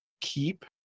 keep